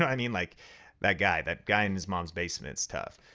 i mean like that guy, that guy in his mom's basement stuff.